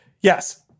Yes